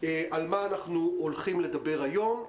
על מה אנחנו הולכים לדבר היום.